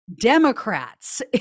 Democrats